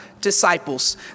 disciples